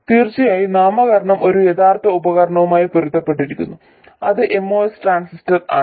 തീർച്ചയായും നാമകരണം ഒരു യഥാർത്ഥ ഉപകരണവുമായി പൊരുത്തപ്പെടുന്നു അത് MOS ട്രാൻസിസ്റ്റർ ആണ്